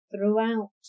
Throughout